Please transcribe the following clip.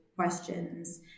Questions